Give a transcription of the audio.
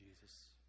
Jesus